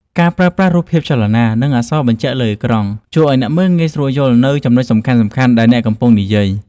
ការប្រើប្រាស់រូបភាពចលនា និងអក្សរបញ្ជាក់លើអេក្រង់ ជួយឱ្យអ្នកមើលងាយស្រួលយល់នូវចំណុចសំខាន់ៗដែលអ្នកកំពុងនិយាយ។